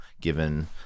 given